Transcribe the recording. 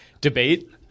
debate